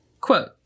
quote